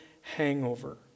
hangover